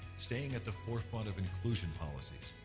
staying at the forefront of inclusion policies,